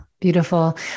beautiful